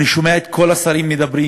אני שומע את כל השרים מדברים,